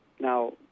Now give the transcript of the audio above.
Now